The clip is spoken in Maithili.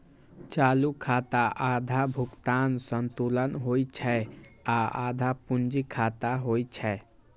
चालू खाता आधा भुगतान संतुलन होइ छै आ आधा पूंजी खाता होइ छै